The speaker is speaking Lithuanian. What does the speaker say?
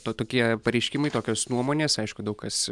to tokie pareiškimai tokios nuomonės aišku daug kas